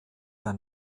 der